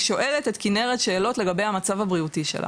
שואלת את כנרת שאלות לגבי המצב הבריאותי שלה.